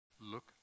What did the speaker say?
Look